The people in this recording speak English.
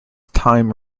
time